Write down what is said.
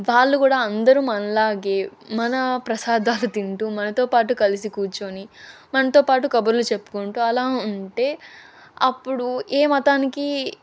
వాళ్ళు కూడా అందరూ మనలాగే మన ప్రసాదాలు తింటూ మనతో పాటు కలిసి కూర్చుని మనతోపాటు కబుర్లు చెప్పుకుంటూ అలా ఉంటే అప్పుడు ఏ మతానికి